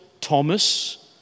Thomas